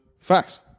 Facts